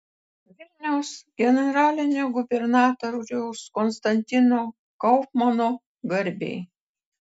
vilniaus generalinio gubernatoriaus konstantino kaufmano garbei